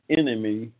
enemy